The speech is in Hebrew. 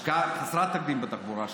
יש השקעה חסרת תקדים בתחבורה,